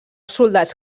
soldats